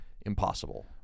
impossible